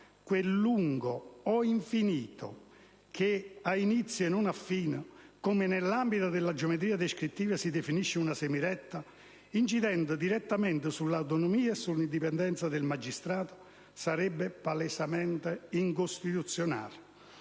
quello lungo o infinito, che ha inizio e non ha fine (come nell'ambito della geometria descrittiva si definisce una semiretta), incidendo direttamente sull'autonomia e sull'indipendenza del magistrato, sarebbe palesemente incostituzionale.